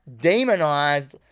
demonized